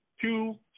two